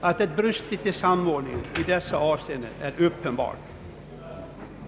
Att det brustit i samordningen i dessa avseenden är uppenbart.